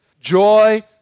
Joy